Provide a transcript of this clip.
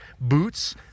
boots